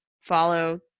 follow